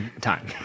time